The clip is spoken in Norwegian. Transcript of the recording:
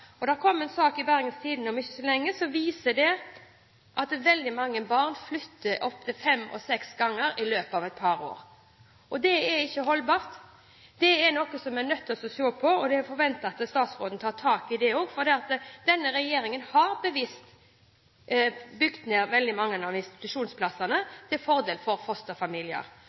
Det kommer en sak i Bergens Tidende om ikke lenge som viser at veldig mange barn flytter opptil fem og seks ganger i løpet av et par år. Det er ikke holdbart. Det er noe som vi er nødt til å se på, og jeg forventer at statsråden tar tak i det også, for denne regjeringen har bevisst bygd ned veldig mange institusjonsplasser til fordel for fosterfamilier.